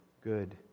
good